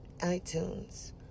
iTunes